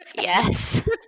Yes